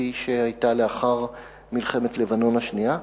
כפי שהיתה לאחר מלחמת לבנון השנייה,